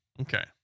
Okay